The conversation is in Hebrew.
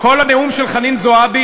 כל הנאום של חנין זועבי,